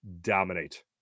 dominate